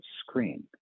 screen